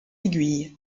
aiguille